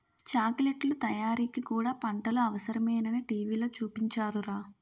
చాకిలెట్లు తయారీకి కూడా పంటలు అవసరమేనని టీ.వి లో చూపించారురా